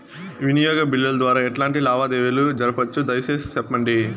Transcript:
వినియోగ బిల్లుల ద్వారా ఎట్లాంటి లావాదేవీలు జరపొచ్చు, దయసేసి సెప్పండి?